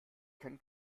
kann